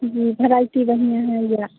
जी variety बढ़ियाँ है यह बेरा